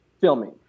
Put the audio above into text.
filming